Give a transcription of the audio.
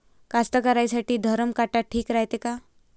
कास्तकाराइसाठी धरम काटा ठीक रायते का?